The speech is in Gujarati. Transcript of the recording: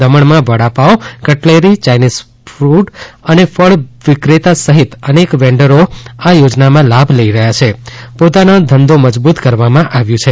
દમણમાં વડાપાવ કટલેરી યાઈનિઝ કુડ અને ફ ળ વિક્રેતા સહિત અનેક વેન્ડરો આ યોજનામા લાભ લઈ પોતાના ધંધો મજબુત કરવામાં આવ્યુ છે